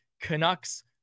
Canucks